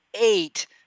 eight